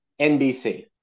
NBC